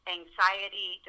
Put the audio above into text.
anxiety